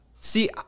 See